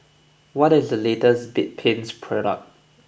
what is the latest Bedpans product